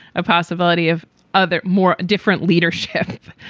a possibility of other, more different leadership.